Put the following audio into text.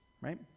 right